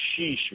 sheesh